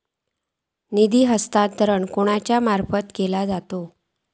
निधी हस्तांतरण कोणाच्या मार्फत केला जाता?